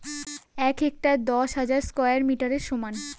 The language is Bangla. এক হেক্টার দশ হাজার স্কয়ার মিটারের সমান